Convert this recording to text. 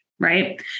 Right